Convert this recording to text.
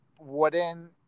wooden